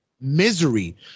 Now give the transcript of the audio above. misery